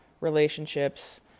relationships